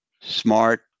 smart